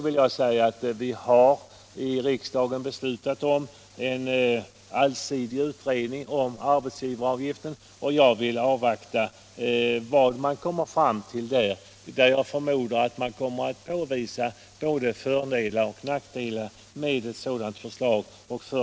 Vi har i riksdagen beslutat om en allsidig utredning om arbetsgivaravgiften, och jag för min del vill avvakta det resultat man kommer fram till. Jag förmodar att både fördelar och nackdelar kommer att kunna påvisas.